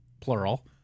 plural